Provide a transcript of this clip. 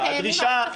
במערכת,